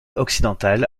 occidentale